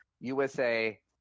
USA